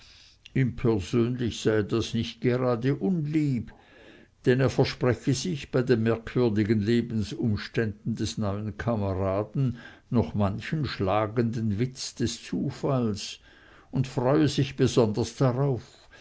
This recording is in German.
ihm persönlich sei das nicht gerade unlieb denn er verspreche sich bei den merkwürdigen lebensumständen des neuen kameraden noch manchen schlagenden witz des zufalls und freue sich besonders darauf